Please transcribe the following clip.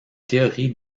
théorie